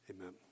amen